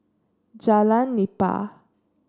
Jalan Nipah